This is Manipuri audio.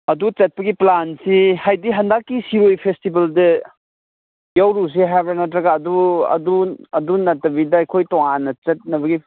ꯑꯗꯨ ꯆꯠꯄꯒꯤ ꯄ꯭ꯂꯥꯟꯁꯤ ꯍꯥꯏꯗꯤ ꯍꯟꯗꯛꯀꯤ ꯁꯤꯔꯣꯏ ꯐꯦꯁꯇꯤꯕꯦꯜꯗ ꯌꯥꯎꯔꯨꯁꯤ ꯍꯥꯏꯕ꯭ꯔ ꯅꯠꯇ꯭ꯔꯒ ꯑꯗꯨ ꯅꯠꯇꯕꯤꯗ ꯑꯩꯈꯣꯏ ꯇꯣꯉꯥꯟꯅ ꯆꯠꯅꯕꯒꯤ